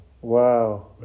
Wow